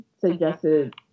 suggested